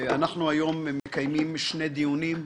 אנחנו היום מקיימים שני דיונים.